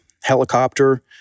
helicopter